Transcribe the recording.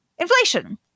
Inflation